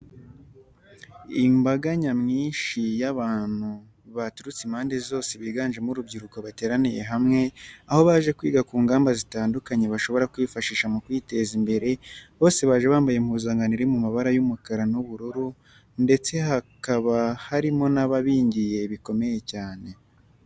Imbaga nyamwinshi y'abantu baturutse impande zose biganjemo urubyiruko bateraniye hamwe, aho baje kwiga ku ngamba zitandukanye bashobora kwifashisha mu kwiteza imbere, bose baje bambaye impuzankano iri mu mabara y'umukara n'ubururu ndetse kahaba harimo n'ababingiye bikomeye cyane.